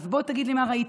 אז בוא תגיד לי מה ראית.